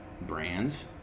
brands